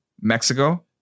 Mexico